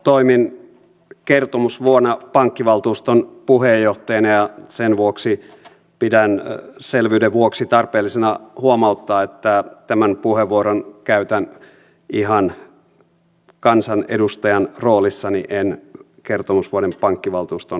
toimin kertomusvuonna pankkivaltuuston puheenjohtajana ja sen vuoksi pidän selvyyden vuoksi tarpeellisena huomauttaa että tämän puheenvuoron käytän ihan kansanedustajan roolissani en kertomusvuoden pankkivaltuuston puheenjohtajana